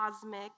cosmic